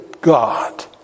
God